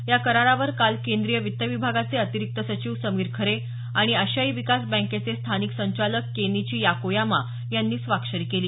या करारावर काल केंद्रीय वित्त विभागाचे अतिरिक्त सचिव समीर खरे आणि आशियाई विकास बँकेचे स्थानिक संचालक केनिची याकोयामा यांनी स्वाक्षरी केली